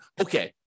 okay